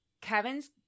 Kevin's